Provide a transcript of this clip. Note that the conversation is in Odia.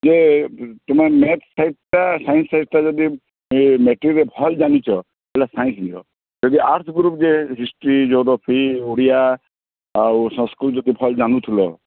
ତୁମେ ନେକ୍ସଟ୍ ଟାଇପ୍ଟା ସାଇନ୍ସରେ ଯଦି ମେଟ୍ରିକ୍ରେ ଭଲ୍ ଜାଣିଛ ହେଲା ସାଇନ୍ସ ନିଅ ଯଦି ଆର୍ଟସ୍ ଗ୍ରୁପ୍ରେ ହିଷ୍ଟ୍ରି ଜିଓଗ୍ରାଫି ଓଡ଼ିଆ ଆଉ ସଂସ୍କୃତ ଯଦି ଭଲ୍ ଜାଣୁଥିଲ